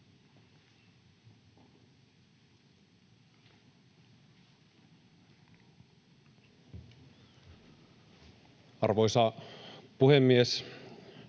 Arvoisa puhemies!